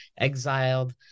exiled